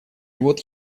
вот